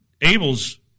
Abel's